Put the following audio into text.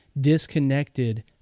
disconnected